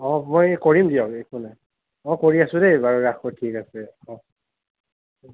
অঁ মই কৰিম দিয়ক এইফালে মই কৰি আছোঁ দেই বাৰু ৰাখোঁ ঠিক আছে অঁ